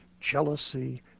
Jealousy